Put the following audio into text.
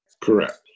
Correct